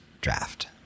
draft